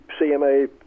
cma